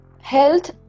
health